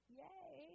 yay